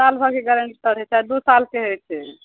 साल भरिके गारंटी होइ छै आओर दू सालसँ होइ छै